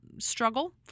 struggle